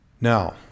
Now